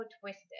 twisted